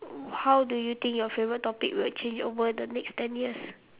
how do you think your favourite topic will change over the next ten years